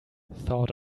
thought